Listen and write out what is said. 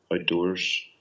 outdoors